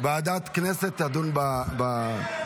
ועדת הכנסת תדון בכך.